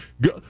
go